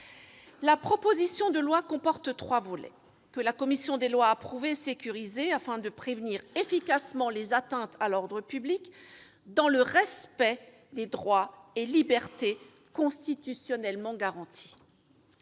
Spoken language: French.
La proposition de loi comporte trois volets, que la commission des lois a approuvés et sécurisés, afin de prévenir efficacement les atteintes à l'ordre public, dans le respect des droits et des libertés constitutionnellement garantis.